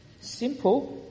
Simple